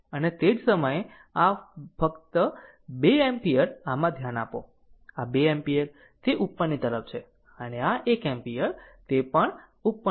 અને તે જ સમયે આ 2 એમ્પીયર ફક્ત આમાં ધ્યાન આપો આ 2 એમ્પીયર તે ઉપરની તરફ છે અને આ 1 એમ્પીયર તે પણ ઉપરની તરફ છે